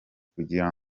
kugira